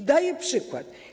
Podaję przykład.